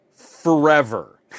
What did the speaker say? forever